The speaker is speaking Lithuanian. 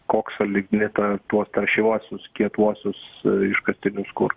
koksą lignitą tuos taršiuosius kietuosius iškastinius kurus